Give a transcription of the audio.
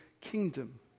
kingdom